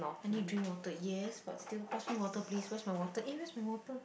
I need drink water yes but still pass me water please where's my water eh where's my water